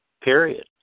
period